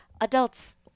Adults